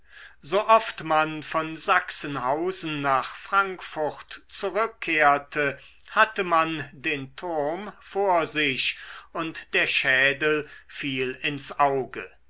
so oft man von sachsenhausen nach frankfurt zurückkehrte hatte man den turm vor sich und der schädel fiel ins auge